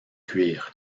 cuir